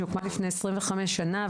שהוקמה לפני 25 שנים.